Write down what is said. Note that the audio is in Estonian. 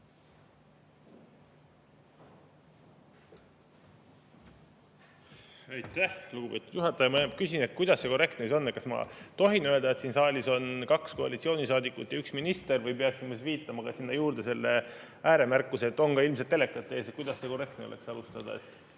Ma küsin, kuidas siis korrektne on. Kas ma tohin öelda, et siin saalis on kaks koalitsioonisaadikut ja üks minister, või peaksin ma viitama ka sinna juurde selle ääremärkuse, et on ka ilmselt telekate ees? Kuidas korrektne oleks alustada?